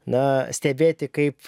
na stebėti kaip